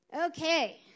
Okay